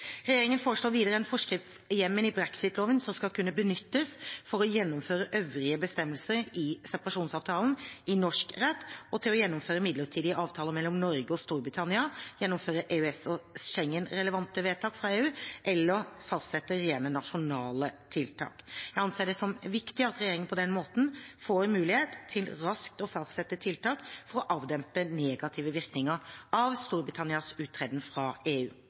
Regjeringen foreslår videre en forskriftshjemmel i brexit-loven som skal kunne benyttes for å gjennomføre øvrige bestemmelser i separasjonsavtalen i norsk rett og til å gjennomføre midlertidige avtaler mellom Norge og Storbritannia, gjennomføre EØS- og Schengen-relevante vedtak fra EU, eller fastsette rene nasjonale tiltak. Jeg anser det som viktig at regjeringen på denne måten får mulighet til raskt å fastsette tiltak for å avdempe negative virkninger av Storbritannias uttreden fra EU.